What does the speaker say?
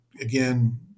again